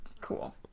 Cool